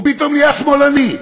הוא פתאום נהיה שמאלני.